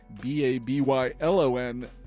B-A-B-Y-L-O-N